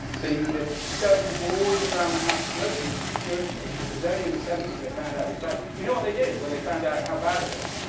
the the surgeons were always around the house smoking furiously because it was only in the seventy s they found out it was bad. you know what they did when they found out how bad it was?